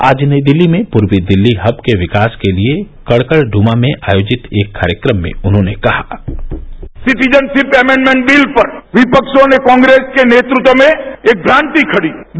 आज नई दिल्ली में पूर्वी दिल्ली हब के विकास के लिए कड़कड़ड्मा में आयोजित एक कार्यक्रम में उन्होंने कहा सिटिजनशिप एमेंडमेंड बिल पर विपक्षों ने कांग्रेस के नेतृत्व में एक भ्रांति खड़ी कर दी